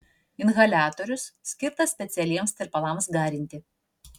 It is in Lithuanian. inhaliatorius skirtas specialiems tirpalams garinti